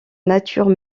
nature